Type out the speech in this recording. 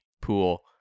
pool